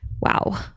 wow